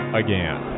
again